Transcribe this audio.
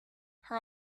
her